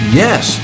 yes